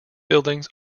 buildings